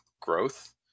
growth